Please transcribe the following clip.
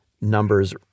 numbers